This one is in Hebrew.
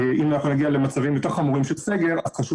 אם נגיע למצבים יותר חמורים של סגר אז חשוב